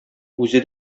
үзе